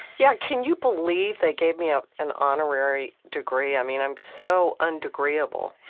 yeah, can you believe they gave me ah an honorary degree? i'm you know i'm so un-degreeable,